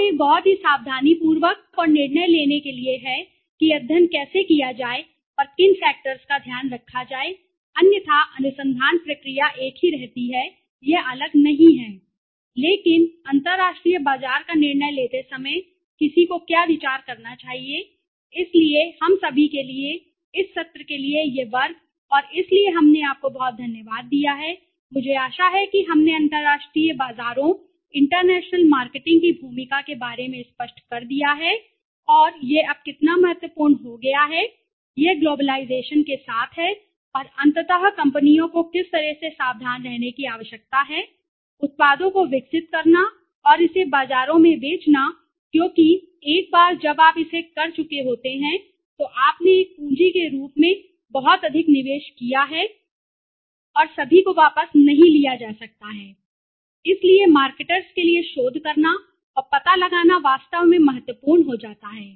और एक बहुत ही सावधानीपूर्वक और निर्णय लेने के लिए है कि अध्ययन कैसे किया जाए और किन फैक्टर्स का ध्यान रखा जाए अन्यथा अनुसंधान प्रक्रिया एक ही रहती है यह अलग नहीं है लेकिन अंतरराष्ट्रीय बाजार का निर्णय लेते समय किसी को क्या विचार करना चाहिए इसलिए हम सभी के लिए है इस सत्र के लिए यह वर्ग और इसलिए हमने आपको बहुत धन्यवाद दिया है मुझे आशा है कि हमने अंतर्राष्ट्रीय बाजारोंइंटरनेशनल मार्केटिंग की भूमिका के बारे में स्पष्ट कर दिया है और यह अब कितना महत्वपूर्ण हो गया है यह ग्लोबलाइजेशन के साथ है और अंततः कंपनियों को किस तरह से सावधान रहने की आवश्यकता है उत्पादों को विकसित करना और इसे बाजारों में बेचना क्योंकि एक बार जब आप इसे कर चुके होते हैं तो आपने एक पूंजी के रूप में पूंजी में बहुत अधिक निवेश किया है और सभी को वापस नहीं लिया जा सकता है इसलिए मार्केटर्स के लिए शोध करना और पता लगाना वास्तव में महत्वपूर्ण हो जाता है